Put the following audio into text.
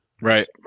right